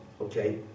okay